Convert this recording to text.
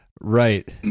right